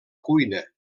cuina